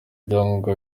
ibyangombwa